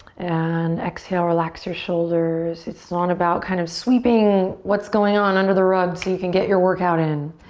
and exhale, relax your shoulders. it's not about kind of sweeping what's going on under the rug so you can get your workout in.